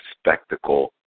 spectacle